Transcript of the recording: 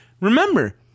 Remember